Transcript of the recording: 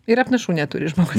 ir apnašų neturi žmogus